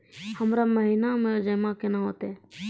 हमरा महिना मे जमा केना हेतै?